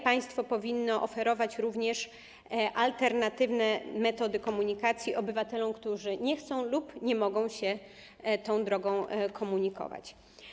Państwo powinno oferować również alternatywne metody komunikacji obywatelom, którzy nie chcą lub nie mogą się tą drogą komunikować.